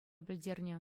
пӗлтернӗ